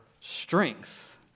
strength